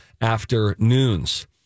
afternoons